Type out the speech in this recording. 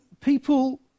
people